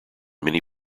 many